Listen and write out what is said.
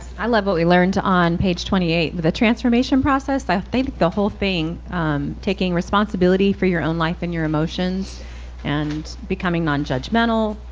i love what we learned on page twenty eight with a transformation process. i think the whole thing taking responsibility for your own life and your emotions and becoming non-judgmental,